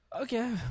Okay